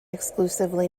exclusively